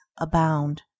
abound